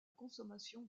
consommation